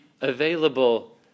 available